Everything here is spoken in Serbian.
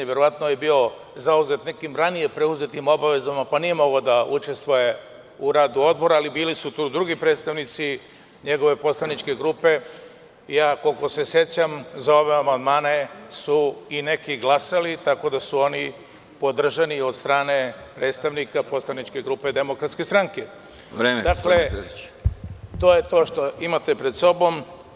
Verovatno je bio zauzet nekim ranije preuzetim obavezama pa nije mogao da učestvuje u radu odbora, ali bili su tu drugi predstavnici njegove poslaničke grupe i koliko se sećam za ove amandmane su i neki glasali tako da su oni podržani od strane predstavnika poslaničke grupe DS. (Predsedavajući: Vreme.) Dakle, to je to što imate pred sobom.